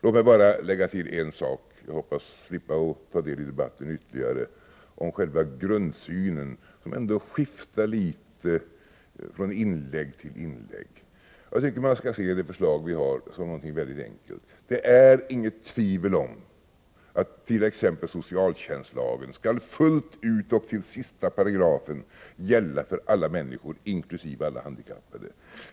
Låt mig bara lägga till en sak — jag hoppas slippa ta deli debatten ytterligare — om själva grundsynen, som ändå skiftar litet från inlägg till inlägg. Jag tycker att man skall se det förslag som vi har som något mycket enkelt. Det är inget tvivel om att t.ex. socialtjänstlagen fullt ut och till sista paragraf skall gälla för alla människor, inkl. alla handikappade.